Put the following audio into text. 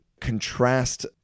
contrast